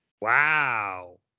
Wow